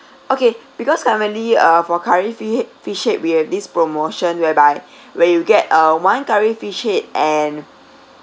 okay because currently uh for curry fish fish head we have this promotion whereby where you get uh one curry fish head and